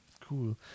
cool